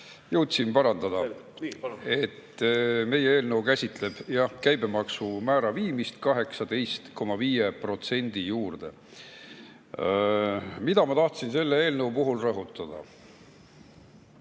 Nii, palun! Meie eelnõu käsitleb käibemaksumäära viimist 18,5% juurde. Mida ma tahtsin selle eelnõu puhul rõhutada?